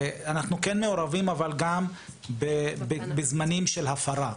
אנחנו מעורבים גם בזמנים של הפרה.